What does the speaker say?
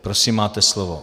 Prosím, máte slovo.